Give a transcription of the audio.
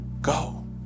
go